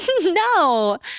No